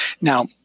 Now